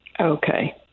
okay